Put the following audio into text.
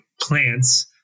plants